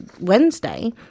Wednesday